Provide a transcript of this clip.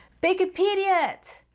bakerpedia it!